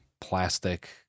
plastic